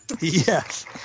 Yes